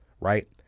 right